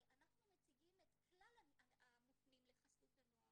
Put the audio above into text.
אנחנו מציגים את כלל המופנים לחסות הנוער,